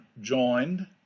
joined